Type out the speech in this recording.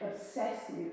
Obsessive